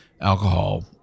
alcohol